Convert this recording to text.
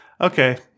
okay